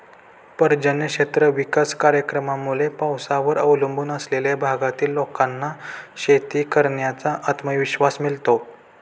पर्जन्य क्षेत्र विकास कार्यक्रमामुळे पावसावर अवलंबून असलेल्या भागातील लोकांना शेती करण्याचा आत्मविश्वास मिळतो